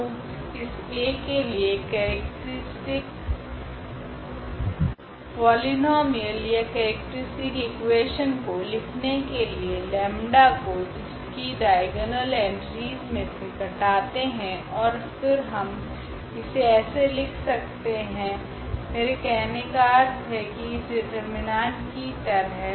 तो इस A के लिए केरेक्ट्रीस्टिक पोलिनोमियल या केरेक्ट्रीस्टिक इकुवेशन को लिखने के लिए 𝜆 को इसकी डाइगोनल एंट्रीस मे से घटते है ओर फिर हम इसे ऐसे लिख सकते है मेरा कहने का अर्थ है की इस डिटर्मिनेंट की तरह